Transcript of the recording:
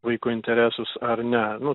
vaiko interesus ar ne nu